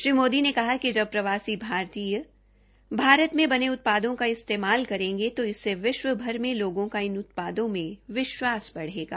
श्री मोदी ने कहा कि जब प्रवासी भारतीय भारत में बने उत्पादों का इस्तेमाल करेंगे तो इससे विश्वभर में लोगों का इन उत्पादों में विश्वास बढेगा